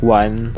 one